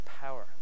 power